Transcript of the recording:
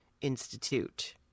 institute